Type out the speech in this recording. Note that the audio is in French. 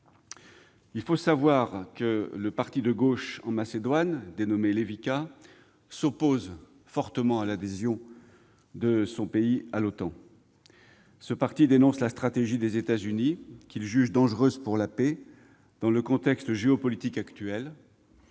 la Russie. Le parti de gauche en Macédoine, le Levica, s'oppose fortement à l'adhésion à l'OTAN et dénonce la stratégie des États-Unis, qu'il juge dangereuse pour la paix dans le contexte géopolitique actuel,